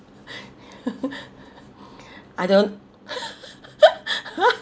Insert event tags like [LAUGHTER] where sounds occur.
[LAUGHS] I don't [LAUGHS]